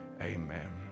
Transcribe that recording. Amen